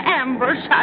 ambush